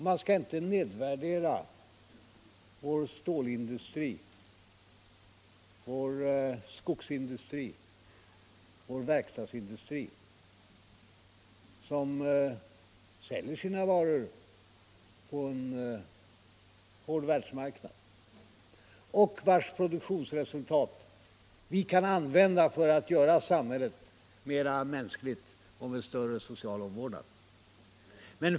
Man skall inte nedvärdera vår stålindustri, skogsindustri och verkstadsindustri, vilka säljer sina varor på en hård världsmarknad och vilkas produktionsresultat vi kan använda för att göra samhället mer mänskligt och med större social omvårdnad.